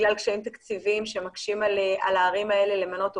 או בגלל קשיים תקציביים שמקשים על הערים האלה למנות עובדים,